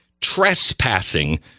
Trespassing